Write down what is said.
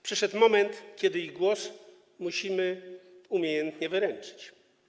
Przyszedł moment, kiedy ich głos musimy umiejętnie wyręczyć.